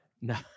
no